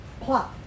plot